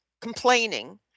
complaining